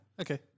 Okay